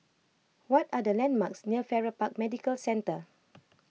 what are the landmarks near Farrer Park Medical Centre